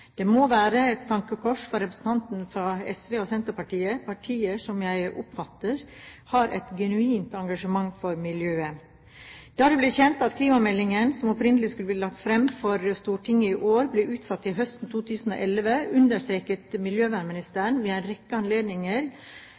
Det må være et tankekors for representantene fra SV og Senterpartiet – partier som jeg oppfatter har et genuint engasjement for miljøet. Da det ble kjent at klimameldingen, som opprinnelig skulle vært lagt fram for Stortinget i år, blir utsatt til høsten 2011, understreket miljøvernministeren ved en rekke anledninger